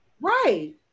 right